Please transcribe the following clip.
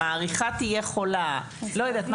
המעריכה תהיה חולה, לא יודעת.